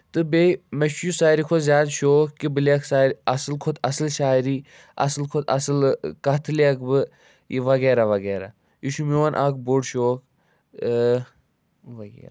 تہٕ بیٚیہِ مےٚ چھُس یہِ ساروی کھۄتہٕ زیادٕ شوق کہ بہٕ لیٚکھٕ سا اَصٕل کھۄتہٕ اَصٕل شاعری اَصٕل کھۄتہٕ اَصٕل کَتھ لیٚکھٕ بہٕ یہِ وغیرہ وغیرہ یہِ چھُ میون اَکھ بوٚڈ شوق وغیر